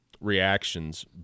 reactions